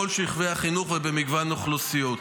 בכל שלבי החינוך ובמגוון אוכלוסיות.